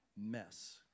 mess